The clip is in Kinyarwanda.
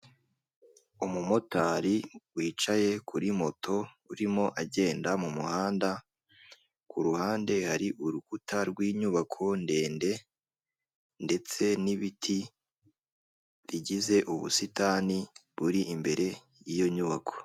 Umumotari wicaye kuri moto urimo agenda mu muhanda kuruhande hari urukuta rw'inyubako ndende ndetse n'ibiti bigize ubusitani buri imbere yiyo nyubako.